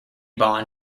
bond